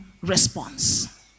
response